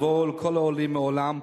לכל העולים בעולם,